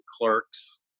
clerk's